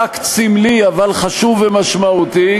באקט סמלי אבל חשוב ומשמעותי,